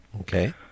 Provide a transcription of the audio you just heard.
Okay